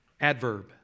Adverb